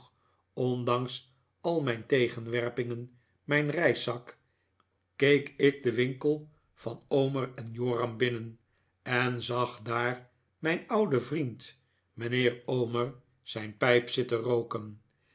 ondanks al mijn tegenwerpingen mijn reiszak keek ik den winkel van omer en joram binnen en zag daar mijn ouden vriend mijnheer omer zijn pijp zitten rooken